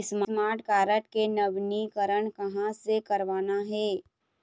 Smart card के नवीनीकरण कहां से करवाना हे?